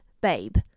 babe